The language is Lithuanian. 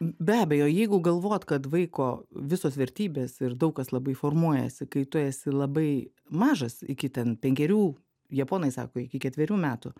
beabejo jeigu galvot kad vaiko visos vertybės ir daug kas labai formuojasi kai tu esi labai mažas iki ten penkerių japonai sako iki ketverių metų